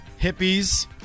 hippies